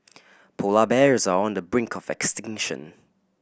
polar bears are on the brink of extinction